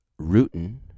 rutin